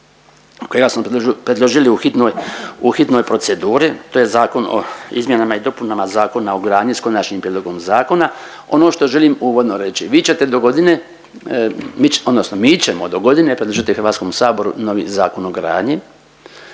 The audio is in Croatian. kojega smo predložili u hitnoj proceduri, to je Zakon o izmjenama i dopunama Zakona o gradnji, s Konačnim prijedlogom Zakona, ono što želim uvodno reći, vi ćete dogodine odnosno mi ćemo dogodine predložiti HS-u novi Zakon o gradnji,